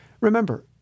Remember